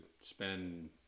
spend